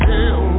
Hell